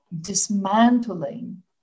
dismantling